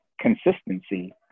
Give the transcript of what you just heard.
consistency